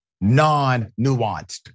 non-nuanced